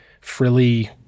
frilly –